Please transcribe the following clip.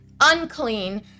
unclean